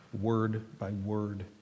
word-by-word